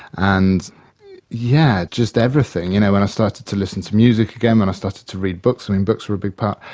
and yeah, just everything, you know, when i started to listen to music again, when i started to read books, i mean books were a big part,